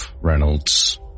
Reynolds